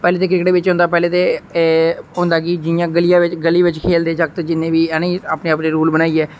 पैहले ते क्रिकेट बिच केह् होंदा कि पैहलें ते होंदा गली बिच खेलदे जगत जिन्ने बी है नी अपने अपने रूल बनाइयै